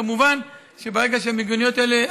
וכמובן שברגע שהמיגוניות האלה,